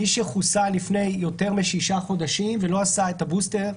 מי שחוסן לפני יותר משישה חודשים ולא עשה את הבוסטר,